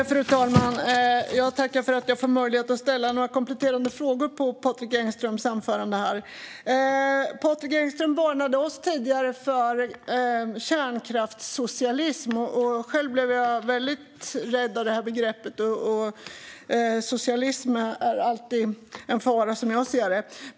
Fru talman! Jag tackar för att jag får möjlighet att ställa några kompletterande frågor efter Patrik Engströms anförande. Patrik Engström varnade oss tidigare för kärnkraftssocialism. Själv blev jag väldigt rädd av det begreppet. Socialism är alltid en fara, som jag ser det.